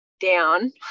down